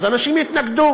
אז אנשים יתנגדו.